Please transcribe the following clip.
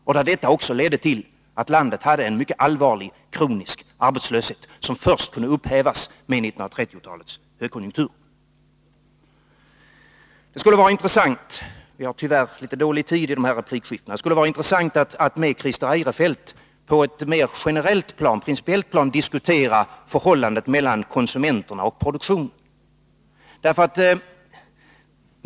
Detta ledde också till att landet hade en allvarlig kronisk arbetslöshet, som kunde upphävas först med 1930-talets högkonjunktur. Det vore intressant — jag har tyvärr litet dåligt med tid i dessa replikskiften - att med Christer Eirefelt på ett mera generellt plan få diskutera förhållandet mellan konsumenterna och produktionen.